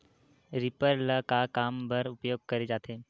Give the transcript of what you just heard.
Reaper ल का काम बर उपयोग करे जाथे?